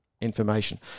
information